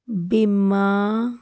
ਬੀਮਾ